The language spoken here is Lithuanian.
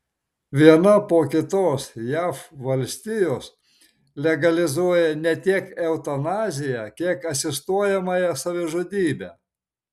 viena po kitos jav valstijos legalizuoja ne tiek eutanaziją kiek asistuojamąją savižudybę